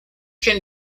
can